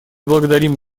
благодарим